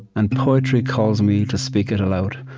and poetry calls me to speak it aloud.